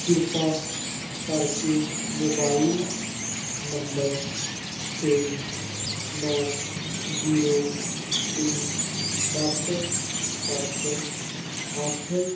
ਕਿਰਪਾ ਕਰਕੇ mobile number ਛੇ ਨੌ ਜੀਰੋ ਤਿੰਨ ਸੱਤ ਸੱਤ ਅੱਠ